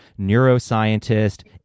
neuroscientist